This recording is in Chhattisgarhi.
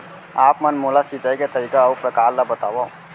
आप मन मोला सिंचाई के तरीका अऊ प्रकार ल बतावव?